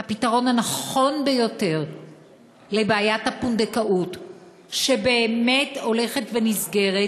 הפתרון הנכון ביותר לבעיית הפונדקאות שבאמת הולכת ונסגרת,